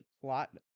plot